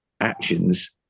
actions